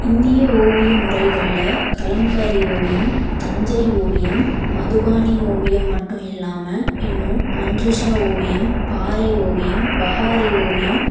இந்திய ஓவியம் முறைகளில கலம்காரி ஓவியம் தஞ்சை ஓவியம் மதுபானி ஓவியம் மட்டும் இல்லாமல் இன்னும் மஞ்சுஷா ஓவியம் பாறை ஓவியம் பஹாரி ஓவியம்